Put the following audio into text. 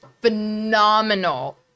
phenomenal